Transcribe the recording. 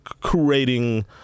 creating